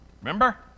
remember